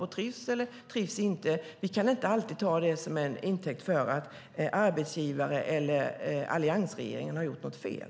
De trivs eller trivs inte. Vi kan inte alltid ta det till intäkt för att arbetsgivare eller alliansregeringen har gjort något fel.